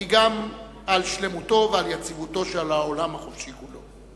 אלא גם על שלמותו ויציבותו של העולם החופשי כולו.